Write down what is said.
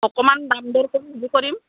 অকণমান দাম দৰ কৰি হেৰি কৰিম